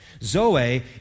Zoe